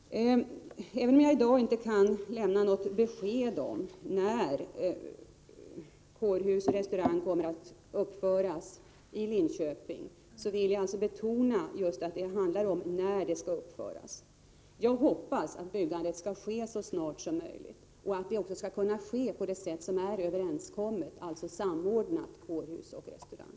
Även om jag i dag inte kan lämna något besked om när kårhus och restaurang kommer att uppföras i Linköping vill jag betona att det handlar om när de skall uppföras. Jag hoppas att byggandet skall ske så snart som möjligt och på det sätt som är överenskommet, alltså samordnat kårhus och restaurang.